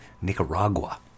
nicaragua